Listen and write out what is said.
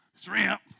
Shrimp